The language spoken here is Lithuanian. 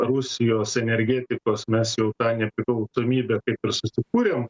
rusijos energetikos mes jau tą nepriklausomybę kaip ir susikūrėm